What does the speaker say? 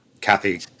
Kathy